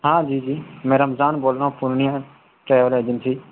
ہاں جی جی میں رمضان بول رہا ہوں پورنیہ ٹریول ایجنسی